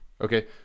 Okay